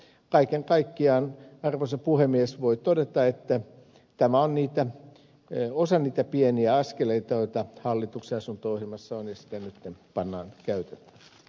kaiken kaikkiaan arvoisa puhemies voi todeta että tämä on osa niitä pieniä askeleita joita hallituksen asunto ohjelmassa on iskenyt pannaan käyt